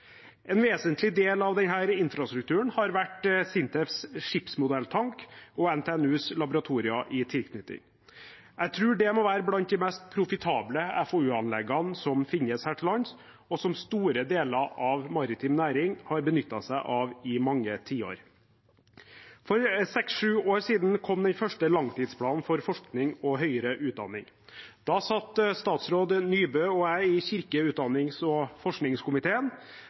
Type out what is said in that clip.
En vesentlig del av denne infrastrukturen har vært SINTEFs skipsmodelltank og NTNUs laboratorier i tilknytning til den. Jeg tror det må være blant de mest profitable FoU-anleggene som finnes her til lands, og som store deler av maritim næring har benyttet seg av i mange tiår. For seks–sju år siden kom den første langtidsplanen for forskning og høyere utdanning. Da satt statsråd Nybø og jeg i kirke-, utdannings- og forskningskomiteen.